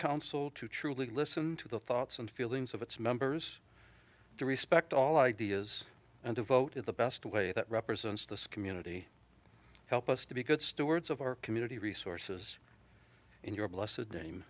council to truly listen to the thoughts and feelings of its members to respect all ideas and to vote in the best way that represents the community help us to be good stewards of our community resources in your blessedness name